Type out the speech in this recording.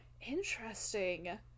Interesting